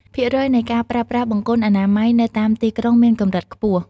ភាគរយនៃការប្រើប្រាស់បង្គន់អនាម័យនៅតាមទីក្រុងមានកម្រិតខ្ពស់។